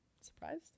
Surprised